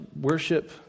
worship